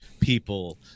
people